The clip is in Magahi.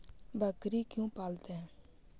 बकरी क्यों पालते है?